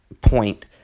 point